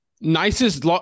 nicest